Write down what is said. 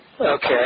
Okay